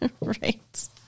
Right